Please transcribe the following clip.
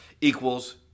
equals